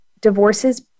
divorces